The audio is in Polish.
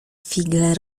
figle